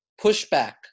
pushback